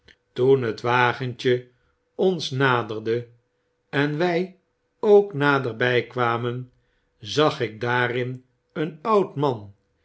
toen het wagentje ons naderde en wy ook naderby kwamen zag ik daarin een oud man